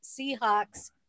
Seahawks